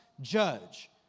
judge